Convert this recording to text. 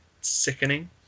sickening